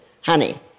honey